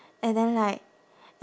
and then like